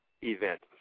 event